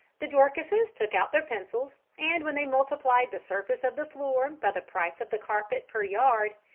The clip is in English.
the dorcases took out their pencils, and when they multiplied the surface of the floor by the price of the carpet per yard,